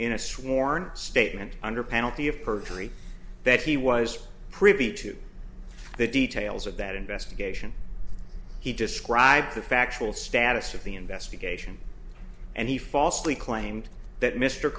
in a sworn statement under penalty of perjury that he was privy to the details of that investigation he described the factual status of the investigation and he falsely claimed that mr